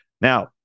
Now